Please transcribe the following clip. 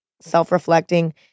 self-reflecting